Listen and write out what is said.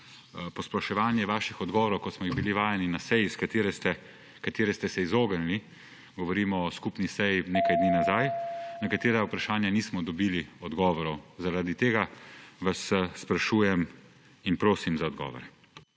posploševanje vaših odgovorov, kot smo jih bili vajeni na seji, ki ste se ji izognili, govorim o skupni seji nekaj dni nazaj, na kateri na vprašanja nismo dobili odgovorov. Zaradi tega vas sprašujem in prosim za odgovore.